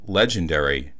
legendary